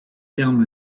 terme